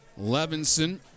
Levinson